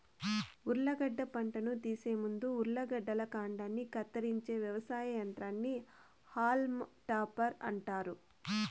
ఉర్లగడ్డ పంటను తీసే ముందు ఉర్లగడ్డల కాండాన్ని కత్తిరించే వ్యవసాయ యంత్రాన్ని హాల్మ్ టాపర్ అంటారు